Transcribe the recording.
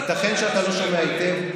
ייתכן שאתה לא שומע היטב.